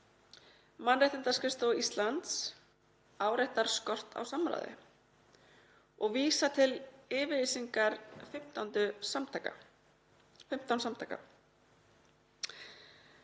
Mannréttindaskrifstofa Íslands áréttar skort á samráði og vísar til yfirlýsingar 15 samtaka.